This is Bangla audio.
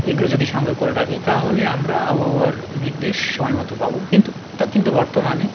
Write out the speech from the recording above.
এগুলো যদি সঙ্গে করে রাখি তাহলে আমরা আবহাওয়ার নির্দেশ সময় মতো পাব কিন্তু তা কিন্তু বর্তমানে